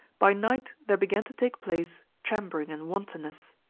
by night there began to take place chambering and wantonness.